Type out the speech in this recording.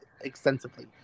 extensively